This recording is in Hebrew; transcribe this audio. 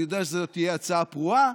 אני יודע שזו תהיה הצעה פרועה,